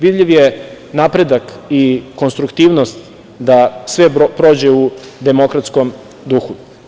Vidljiv je napredak i konstruktivnost da sve prođe u demokratskom duhu.